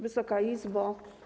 Wysoka Izbo!